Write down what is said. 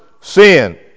sin